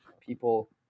people